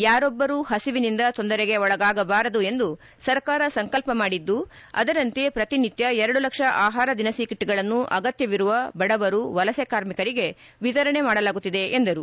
ಯಾರೊಬ್ಬರೂ ಹಸಿವಿನಿಂದ ತೊಂದರೆಗೆ ಒಳಗಾಗಬಾರದು ಎಂದು ಸರ್ಕಾರ ಸಂಕಲ್ಪ ಮಾಡಿದ್ದು ಅದರಂತೆ ಪ್ರತಿನಿತ್ಯ ಎರಡು ಲಕ್ಷ ಆಹಾರ ದಿನಸಿ ಕೆಟ್ಗಳನ್ನು ಅಗತ್ಯವಿರುವ ಬಡವರು ವಲಸೆ ಕಾರ್ಮಿಕರಿಗೆ ವಿತರಣೆ ಮಾಡಲಾಗುತ್ತಿದೆ ಎಂದರು